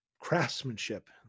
craftsmanship